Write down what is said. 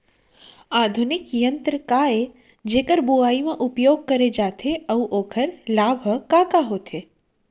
आधुनिक यंत्र का ए जेकर बुवाई म उपयोग करे जाथे अऊ ओखर लाभ ह का का होथे?